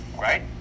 Right